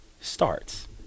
starts